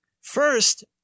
First